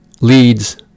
leads